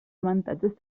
avantatges